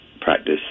practice